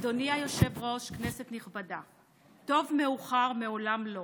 היושב-ראש, כנסת נכבדה, טוב מאוחר מאשר לעולם לא.